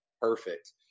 perfect